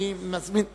אני מזמין את,